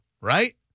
right